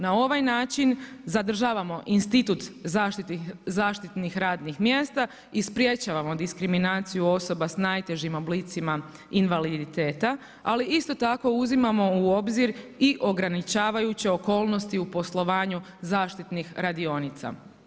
Na ovaj način zadržavamo institut zaštitnih radnih mjesta i sprječavamo diskriminaciju osoba s najtežim oblicima invaliditeta ali isto tako uzimamo u obzir i ograničavajuće okolnosti u poslovanju zaštitnih radionica.